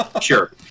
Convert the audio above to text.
Sure